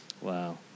Wow